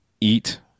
eat